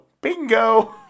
Bingo